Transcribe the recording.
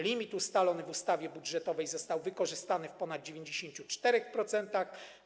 Limit ustalony w ustawie budżetowej został wykorzystany w ponad 94%.